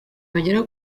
bagera